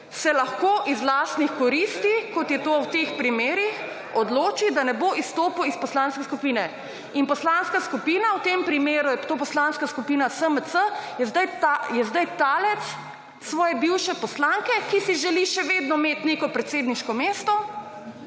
se lahko iz lastnih koristi, kot je to v teh primerih, odloči da ne bo izstopil iz poslanske skupine in poslanska skupina, v tem primeru je to Poslanska skupina SMC, je zdaj talec svoje bivše poslanke, ki si želi še vedno imet neko predsedniško mesto